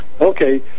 okay